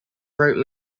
wrote